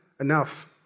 enough